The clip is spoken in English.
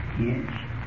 Yes